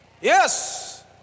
Yes